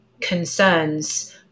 concerns